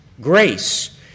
grace